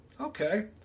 Okay